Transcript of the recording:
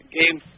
game